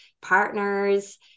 partners